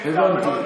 הבנתי.